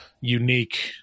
unique